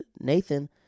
Nathan